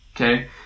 okay